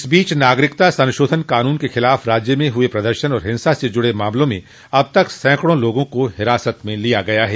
इस बीच नागरिकता संशोधन कानून के खिलाफ राज्य में हुए प्रदर्शन और हिंसा से जुड़े मामलों में अब तक सैकड़ों लोगों को हिरासत में लिया गया है